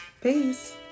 Peace